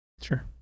Sure